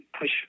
push